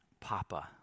Papa